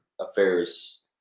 affairs